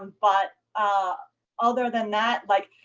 and but ah other than that like,